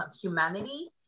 humanity